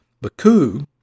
Baku